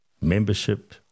membership